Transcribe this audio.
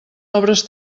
obres